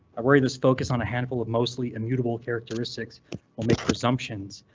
i worry this focus on a handful of mostly immutable characteristics will make presumptions.